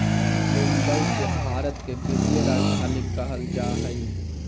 मुंबई के भारत के वित्तीय राजधानी कहल जा हइ